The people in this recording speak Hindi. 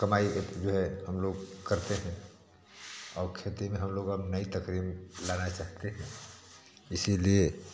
कमाई जो है हम लोग करते हैं और खेती में हम लोग अब नई तकरीम लाना चाहते हैं इसीलिए